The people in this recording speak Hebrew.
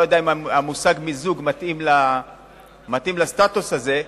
אני לא יודע אם המושג מיזוג מתאים לסטטוס הזה,